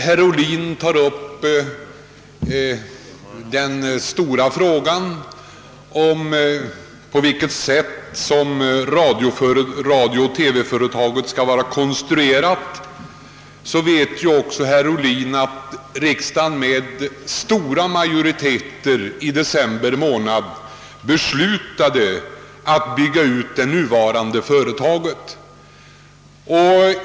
Herr Ohlin tog upp den stora frågan om på vilket sätt radiooch TV-företaget skall vara konstruerat. Emellertid vet herr Ohlin att riksdagen med stor majoritet i december månad beslutade att bygga ut det nuvarande företaget.